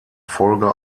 folge